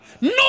no